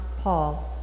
Paul